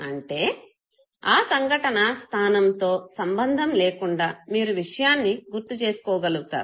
అంటే ఆ సంఘటన స్థానంతో సంబంధం లేకుండా మీరు విషయాన్ని గుర్తు చేసుకోగలుగుతారు